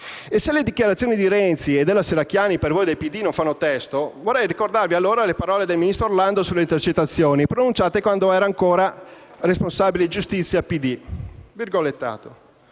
E se le dichiarazioni di Renzi e della Serracchiani per voi del PD non fanno testo, vorrei ricordarvi allora le parole del ministro Orlando sulle intercettazioni, pronunciate quando ancora era responsabile giustizia del PD: «Con